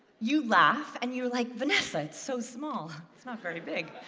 you laugh, and you are like, vanessa, it's so small, it's not very big,